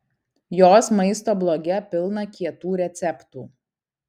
jos maisto bloge pilna kietų receptų